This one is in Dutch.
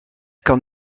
kan